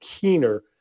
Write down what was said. keener